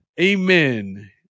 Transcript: Amen